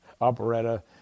operetta